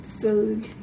food